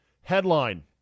Headline